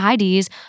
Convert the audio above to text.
IDs